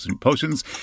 potions